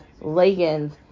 leggings